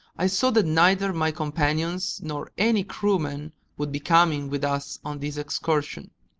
i saw that neither my companions nor any crewmen would be coming with us on this excursion.